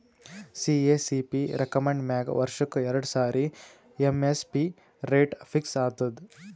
CACP recommend ಮ್ಯಾಗ್ ವರ್ಷಕ್ಕ್ ಎರಡು ಸಾರಿ ಎಮ್.ಎಸ್.ಪಿ ರೇಟ್ ಫಿಕ್ಸ್ ಆತದ್